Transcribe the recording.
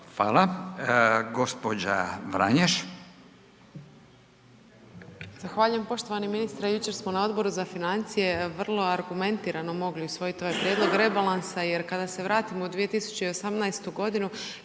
Hvala. Gospođa Vranješ.